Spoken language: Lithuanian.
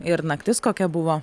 ir naktis kokia buvo